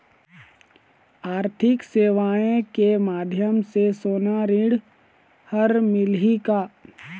आरथिक सेवाएँ के माध्यम से सोना ऋण हर मिलही का?